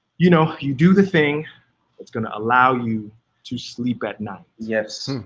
you know, you do the thing that's gonna allow you to sleep at night. yes.